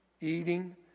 eating